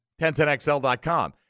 1010XL.com